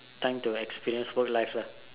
time to experience work life lah